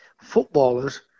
Footballers